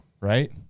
Right